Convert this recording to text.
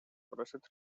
просят